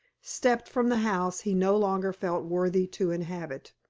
stepped from the house he no longer felt worthy to inhabit.